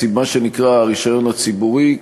מה שנקרא הרישיון הציבורי,